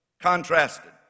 contrasted